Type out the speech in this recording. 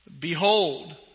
Behold